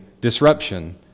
disruption